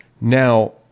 Now